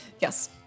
Yes